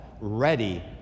ready